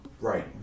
Right